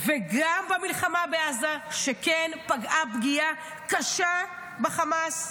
גם במלחמה בעזה, שכן פגעה פגיעה קשה בחמאס,